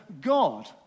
God